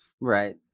Right